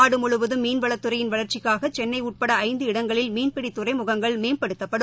நாடு முழுவதும் மீன்வளத்துறையின் வளர்ச்சிக்காக சென்னை உட்பட ஐந்து இடங்களில் மீன்பிடி துறைமுகங்கள் மேம்படுத்தப்படும்